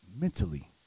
mentally